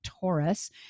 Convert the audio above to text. Taurus